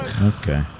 Okay